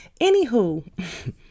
Anywho